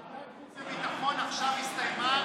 ועדת חוץ וביטחון עכשיו הסתיימה,